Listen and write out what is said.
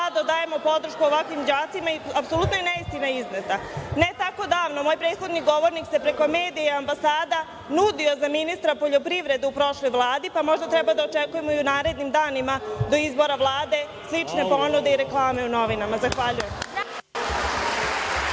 dajemo podršku ovakvim đacima i apsolutno je neistina izneta. Ne tako davno, moj prethodni govornik se preko medija i ambasada nudio za ministra poljoprivrede u prošloj Vladi, pa možda treba da očekujemo i u narednim danima do izbora Vlade slične ponude i reklame u novinama. Zahvaljujem.